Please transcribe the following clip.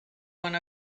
one